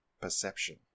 Perception